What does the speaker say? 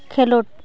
ᱠᱷᱮᱞᱳᱰ